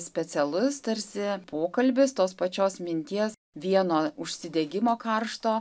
specialus tarsi pokalbis tos pačios minties vieno užsidegimo karšto